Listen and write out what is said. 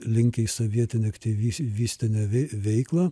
linkę į sovietinę akty aktyvistinę vei veiklą